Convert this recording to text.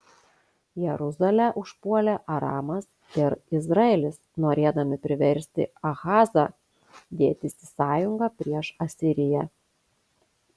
jeruzalę užpuolė aramas ir izraelis norėdami priversti ahazą dėtis į sąjungą prieš asiriją